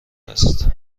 است